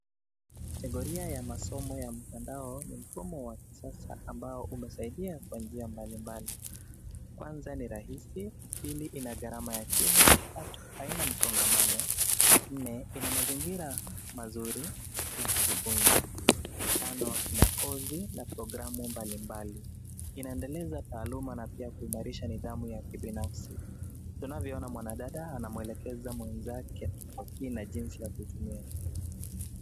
Kategoria ya masomo ya mtandao ni mfumo wa kisasa ambao umesaidia kwa njia mbalimbali. Kwanza ni rahisi, pili ina gharama ya chini, tatu haina msongamano, nne ina mazingira mazuri ya kujifunza, tano ina kozi na programmu mbalimbali. Inaendeleza taaluma na pia kuhimarisha nidhamu ya kibinafsi. Tunavyoona mwanadada anamuelekeza mwenzake kwa kina jinsi ya kutumia.